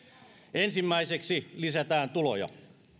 ensimmäiseksi lisätään tuloja